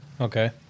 Okay